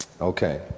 Okay